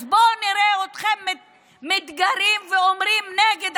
אז בואו נראה אתכם מתגרים ואומרים "נגד",